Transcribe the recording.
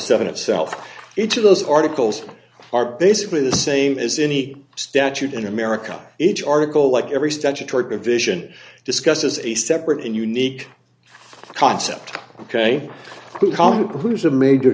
seven itself each of those articles are basically the same as any statute in america each article like every statutory provision discusses a separate and unique concept ok comp who is a major